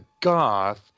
goth